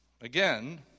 again